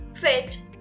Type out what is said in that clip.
fit